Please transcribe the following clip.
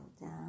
down